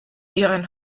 ihren